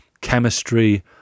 chemistry